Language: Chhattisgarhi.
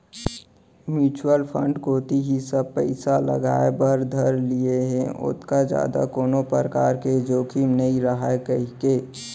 म्युचुअल फंड कोती ही सब पइसा लगाय बर धर लिये हें ओतका जादा कोनो परकार के जोखिम नइ राहय कहिके